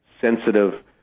sensitive